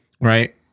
Right